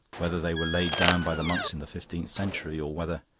whether they were laid down by the monks in the fifteenth century, or whether.